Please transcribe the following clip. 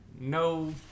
No